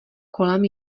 kolem